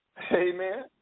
Amen